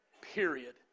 period